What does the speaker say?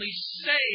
saved